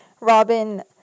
Robin